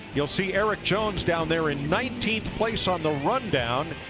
you will see erik jones down there in nineteenth place on the rundown.